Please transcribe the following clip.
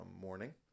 morning